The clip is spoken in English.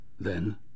Then